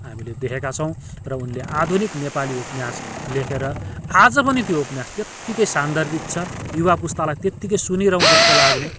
हामीले देखेका छौँ र उनले आधुनिक नेपाली उपन्यास लेखेर आज पनि त्यो उपन्यास त्यत्तिकै सान्दर्भिक छ युवा पुस्तालाई त्यत्तिकै सुनिरहुँ जस्तो लाग्ने